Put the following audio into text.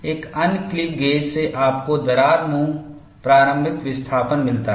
एक अन्य क्लिप गेजसे आपको दरार मुंह प्रारंभिक विस्थापन मिलता है